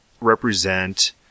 represent